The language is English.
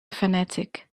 fanatic